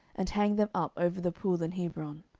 and hanged them up over the pool in hebron.